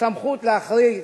הסמכות להכריז